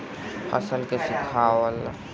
फसल के सुखावला के बाद रखल जाला कि न?